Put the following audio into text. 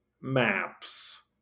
maps